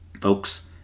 Folks